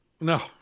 No